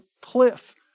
cliff